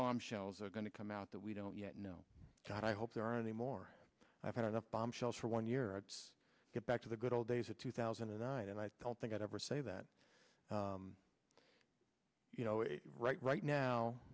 bombshells are going to come out that we don't yet know and i hope there aren't a more i've had enough bombshells for one year to get back to the good old days of two thousand and nine and i don't think it ever say that you know it right right now